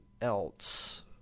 else